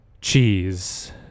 Cheese